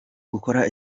gukora